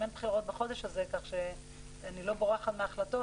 אין בחירות בחודש הזה כך שאני לא בורחת מהחלטות,